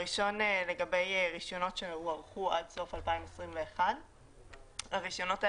הראשון הוא לגבי הרישיונות שהוארכו עד סוף 2021. הרישיונות האלה,